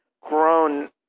grown